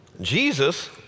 Jesus